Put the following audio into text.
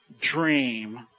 dream